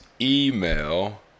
email